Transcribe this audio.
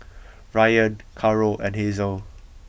Ryann Caro and Hazel